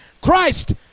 Christ